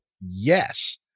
yes